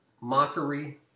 mockery